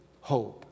hope